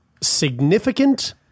significant